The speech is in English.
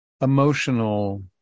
emotional